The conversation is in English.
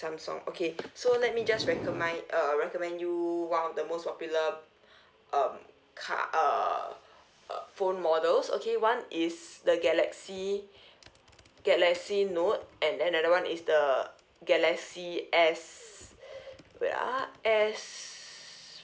samsung okay so let me just recommend uh recommend you one of the most popular um ca~ uh uh phone models okay one is the galaxy galaxy note and another one is the galaxy S wait ah S